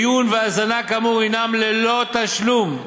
העיון וההאזנה כאמור הם ללא תשלום.